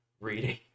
reading